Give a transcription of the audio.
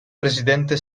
presidente